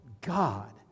God